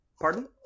pardon